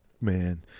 Man